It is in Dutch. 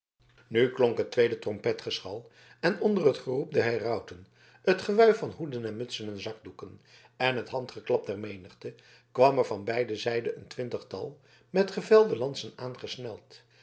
nu klonk het tweede trompetgeschal en onder het geroep der herauten het gewuif van hoeden en mutsen en zakdoeken en het handgeklap der menigte kwam er van beide zijden een twintigtal met gevelde lansen aangesneld